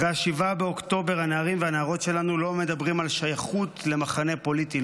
אחרי 7 באוקטובר הנערים והנערות שלנו לא מדברים על שייכות למחנה פוליטי,